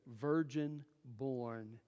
virgin-born